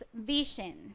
vision